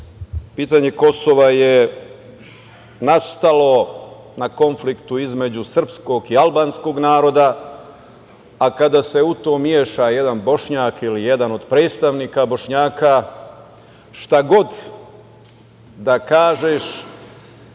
pitanje Kosova je nastalo na konfliktu između srpskog i albanskog naroda, a kada se u to umeša jedan Bošnjak ili jedan od predstavnika Bošnjaka, šta god da kažeš